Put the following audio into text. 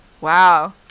wow